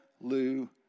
Lou